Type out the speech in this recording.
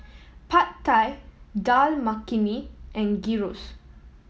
Pad Thai Dal Makhani and Gyros